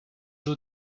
eaux